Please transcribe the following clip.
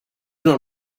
not